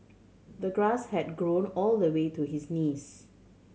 the grass had grown all the way to his knees